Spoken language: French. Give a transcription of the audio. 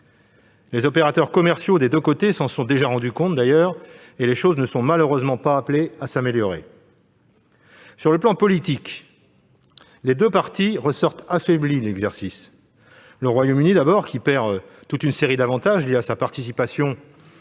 Les opérateurs commerciaux des deux côtés s'en sont déjà rendu compte et les choses ne sont malheureusement pas appelées à s'améliorer. Sur le plan politique, les deux parties ressortent affaiblies de l'exercice : le Royaume-Uni perd toute une série d'avantages liés à sa participation